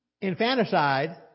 infanticide